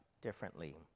differently